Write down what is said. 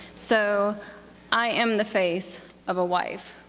so i am the face of a wife.